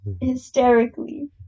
hysterically